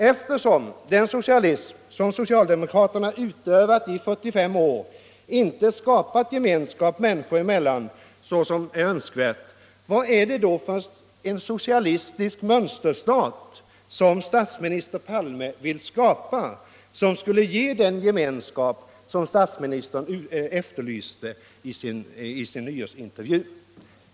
Eftersom den socialism som socialdemokraterna har utövat i 45 år inte har skapat den gemenskap människor emellan som är önskvärd, vill jag fråga statsministern vad det är för en socialistisk mönsterstat han vill skapa som skulle ge oss den gemenskap han talade om i sin nyårsintervju.